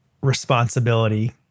responsibility